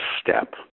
step